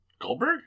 Goldberg